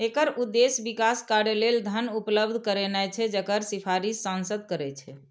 एकर उद्देश्य विकास कार्य लेल धन उपलब्ध करेनाय छै, जकर सिफारिश सांसद करै छै